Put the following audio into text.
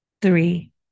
three